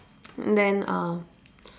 then uh